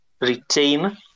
retain